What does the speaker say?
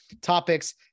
topics